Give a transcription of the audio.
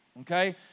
Okay